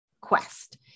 quest